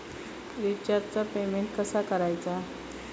रिचार्जचा पेमेंट कसा करायचा?